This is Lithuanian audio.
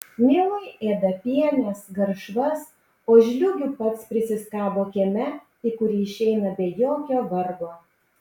mielai ėda pienes garšvas o žliūgių pats prisiskabo kieme į kurį išeina be jokio vargo